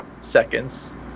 seconds